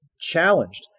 challenged